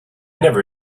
never